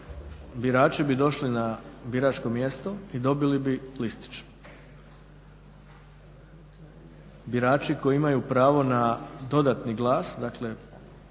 birači bi došli na biračko mjesto i dobili bi listić, birači koji imaju pravo na dodatni glas, dakle